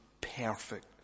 perfect